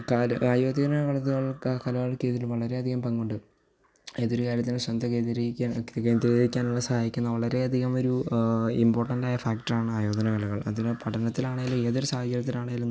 കാല് കായികത്തിനെ വളത്തിയൊ കലകള്ക്ക് ഇതിന് വളരെയധികം പങ്കുണ്ട് ഏതൊരു കാര്യത്തിനും ശ്രദ്ധ കേന്ദ്രീക്കാന് കേന്ദ്രീരിക്കാനുള്ള സഹായിക്കുന്ന വളരെയധികം ഒരു ഇമ്പോട്ടന്റായ ഫാക്റ്ററാണ് ആയോധനകലകള് അതിന് പഠനത്തിനാണേലും ഏതൊരു സാഹചര്യത്തിലാണേലും നമുക്ക്